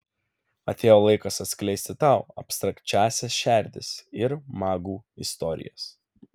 atėjo laikas atskleisti tau abstrakčiąsias šerdis ir magų istorijas